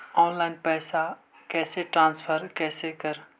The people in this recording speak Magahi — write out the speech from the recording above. ऑनलाइन पैसा कैसे ट्रांसफर कैसे कर?